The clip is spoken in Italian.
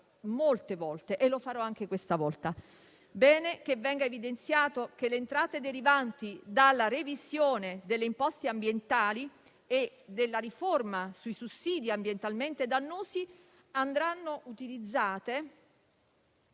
molte volte (e lo farò anche questa volta). È bene che venga evidenziato che le entrate derivanti dalla revisione delle imposte ambientali e dalla riforma dei sussidi ambientalmente dannosi andranno utilizzate